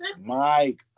Mike